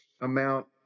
amount